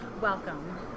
Welcome